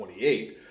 28